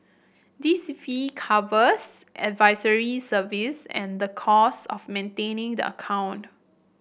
this fee covers advisory services and the cost of maintaining the account